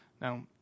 Now